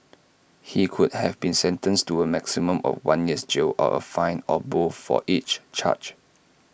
he could have been sentenced to A maximum of one year's jail or A fine or both for each charge